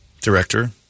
Director